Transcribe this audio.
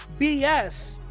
BS